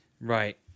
Right